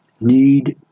need